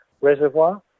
reservoir